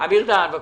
אמיר דהן בבקשה.